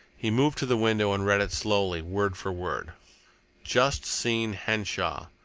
he moved to the window and read it slowly, word for word just seen henshaw.